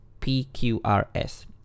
PQRS